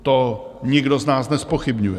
To nikdo z nás nezpochybňuje.